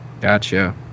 gotcha